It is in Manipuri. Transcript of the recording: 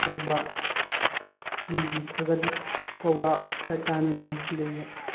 ꯑꯗꯨꯒꯨꯝꯕ ꯃꯤꯒꯤ ꯊꯥꯒꯠꯄ ꯋꯥ ꯈꯔ ꯇꯥꯅꯉꯥꯏ ꯑꯗꯨꯒ